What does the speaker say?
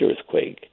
earthquake